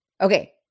Okay